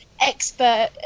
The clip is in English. expert